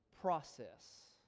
process